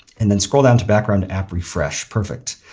and then scroll down to background app refresh, perfect.